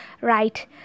Right